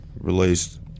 released